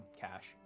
cash